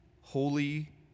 holy